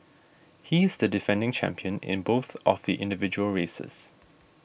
he is the defending champion in both of the individual races